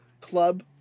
club